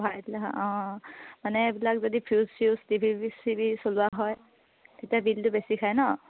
ভাৰাই দিলে হয় অঁ অঁ মানে এইবিলাক যদি ফিউজ চিউজ টিভি চিভি চলোৱা হয় তেতিয়া বিলটো বেছি খায় ন